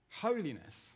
Holiness